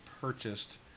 purchased